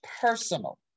personal